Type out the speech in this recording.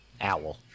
Owl